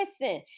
listen